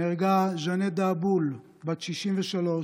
נהרגה ז'נט דעבול, בת 63,